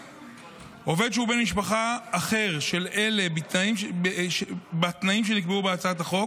3. עובד שהוא בן משפחה אחר של אלה בתנאים שנקבעו בהצעת החוק,